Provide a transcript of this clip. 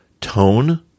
tone